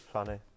Funny